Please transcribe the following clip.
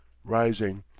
rising.